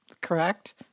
correct